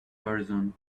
horizon